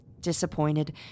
disappointed